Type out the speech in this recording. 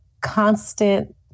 constant